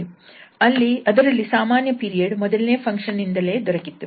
ಅದರಲ್ಲಿ ಸಾಮಾನ್ಯ ಪೀರಿಯಡ್ ಮೊದಲನೇ ಫಂಕ್ಷನ್ ನಿಂದಲೇ ದೊರಕಿತ್ತು